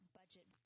budget